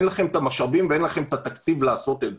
אין לו את המשאבים ואין לו את התקציבים לעשות את זה.